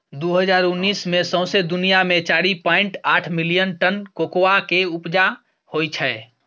दु हजार उन्नैस मे सौंसे दुनियाँ मे चारि पाइंट आठ मिलियन टन कोकोआ केँ उपजा होइ छै